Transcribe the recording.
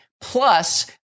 plus